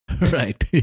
Right